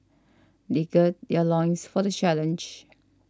they gird their loins for the challenge